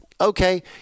Okay